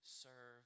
serve